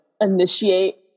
initiate